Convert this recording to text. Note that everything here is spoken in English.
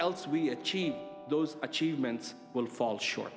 else we achieve those achievements will fall short